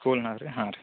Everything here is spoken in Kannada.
ಸ್ಕೂಲ್ನಾಗೆ ರೀ ಹಾಂ ರೀ